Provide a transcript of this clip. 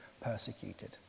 persecuted